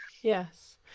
yes